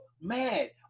mad